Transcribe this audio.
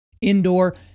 indoor